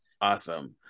Awesome